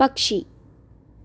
പക്ഷി